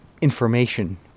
information